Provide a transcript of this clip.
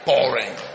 Boring